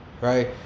right